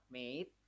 made